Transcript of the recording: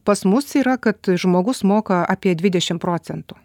pas mus yra kad žmogus moka apie dvidešim procentų